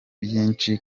byinshi